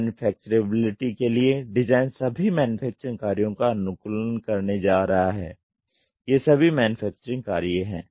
manufacturability के लिए design सभी मैन्युफैक्चरिंग कार्यों का अनुकूलन करने जा रहा है ये सभी मैन्युफैक्चरिंग कार्य हैं